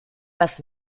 was